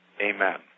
Amen